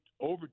over